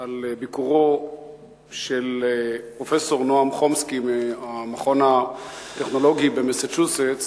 את ביקורו של פרופסור נועם חומסקי מהמכון הטכנולוגי במסצ'וסטס